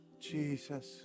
Jesus